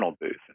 booth